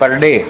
per day